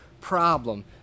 problem